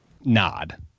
nod